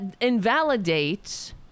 invalidates